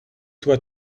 toi